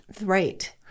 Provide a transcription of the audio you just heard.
Right